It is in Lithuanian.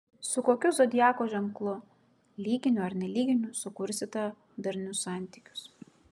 su kokiu zodiako ženklu lyginiu ar nelyginiu sukursite darnius santykius